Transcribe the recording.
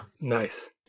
Nice